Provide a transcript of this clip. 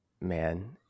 man